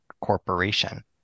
Corporation